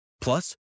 Plus